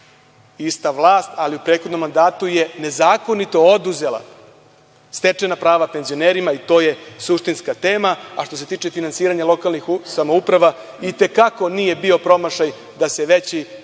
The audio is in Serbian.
ista vlast, ali u prethodnom mandatu je nezakonito oduzela stečena prava penzionerima i to je suštinska tema. Što se tiče finansiranja lokalnih samouprava i te kako nije bio promašaj da se veći